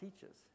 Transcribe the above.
teaches